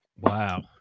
Wow